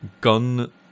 gun